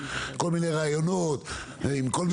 כל מיני רעיונות עם כל מיני פקידים טובים.